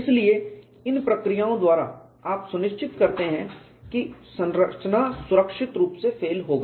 इसलिए इन प्रक्रियाओं द्वारा आप सुनिश्चित करते हैं कि संरचना सुरक्षित रूप से फेल होगा